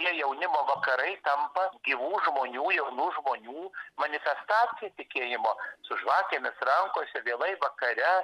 tie jaunimo vakarai tampa gyvų žmonių jaunų žmonių manifestacija tikėjimo su žvakėmis rankose vėlai vakare